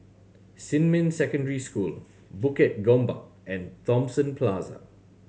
Xinmin Secondary School Bukit Gombak and Thomson Plaza